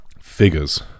Figures